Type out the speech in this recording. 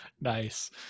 Nice